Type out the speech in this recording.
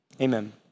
Amen